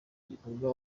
gikorwa